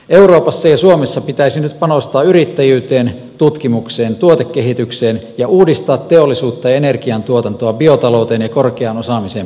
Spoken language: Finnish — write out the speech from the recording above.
euroopassa ja suomessa pitäisi nyt panostaa yrittäjyyteen tutkimukseen tuotekehitykseen ja uudistaa teollisuutta ja energiantuotantoa biotalouteen ja korkeaan osaamiseen perustuvaksi